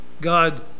God